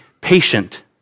patient